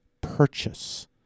purchase